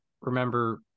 remember